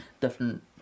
different